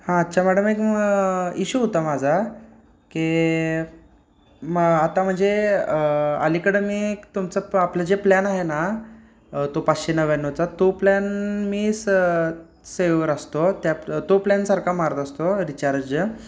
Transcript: हां अच्छा मॅडम एक इश्यू होता माझा की मग आता म्हणजे अलीकडं मी एक तुमचं प आपलं जे प्लॅन आहे ना तो पाचशे नव्याण्णवचा तो प्लॅन मी स सेवर असतो त्या तो प्लॅनसारखा मारत असतो रिचार्ज